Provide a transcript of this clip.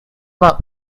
vingt